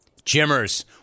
Jimmers